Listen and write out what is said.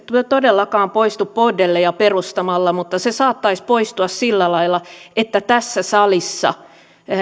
todellakaan poistu bordelleja perustamalla mutta se saattaisi poistua sillä lailla että tässä salissa